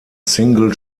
single